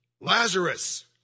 Lazarus